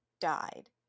died